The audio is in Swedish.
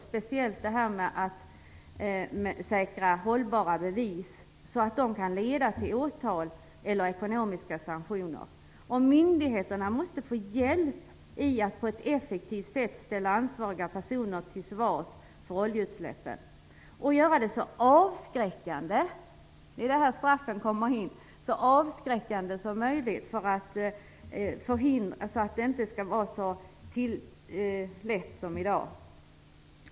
Speciellt gäller det detta med att säkra hållbara bevis, så att de leder till åtal eller ekonomiska sanktioner. Myndigheterna måste få hjälp med att på ett effektivt sätt ställa de personer till svars som är ansvariga för oljeutsläppen. Det skall ske på ett så avskräckande sätt - det är alltså här som straffen kommer in i bilden - att det inte blir så lätt som det i dag är att göra utsläpp.